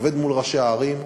עובד מול ראשי הערים,